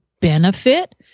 benefit